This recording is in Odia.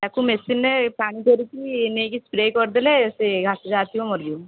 ତାକୁ ମେଶିନ୍ରେ ପାଣି କରିକି ଦେଇକି ସ୍ପ୍ରେ କରିଦେଲେ ସେ ଘାସ ଯାହାଥିବ ମରିଯିବ